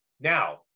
now